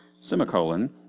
semicolon